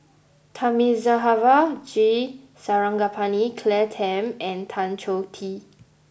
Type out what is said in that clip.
Thamizhavel G Sarangapani Claire Tham and Tan Choh Tee